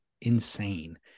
insane